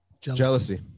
Jealousy